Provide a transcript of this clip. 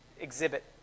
exhibit